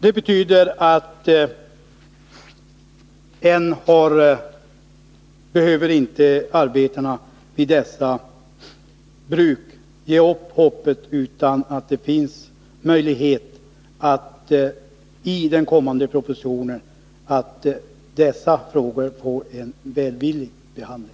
Det betyder att arbetarna i dessa bruk ännu inte behöver ge upp hoppet, utan det finns möjligheter att dessa frågor i den kommande propositionen får en välvillig behandling.